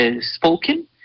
spoken